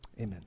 amen